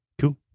Cool